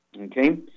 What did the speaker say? Okay